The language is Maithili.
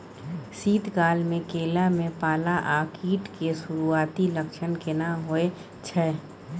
शीत काल में केला में पाला आ कीट के सुरूआती लक्षण केना हौय छै?